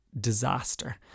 disaster